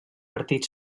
partit